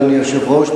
אדוני היושב-ראש,